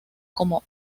como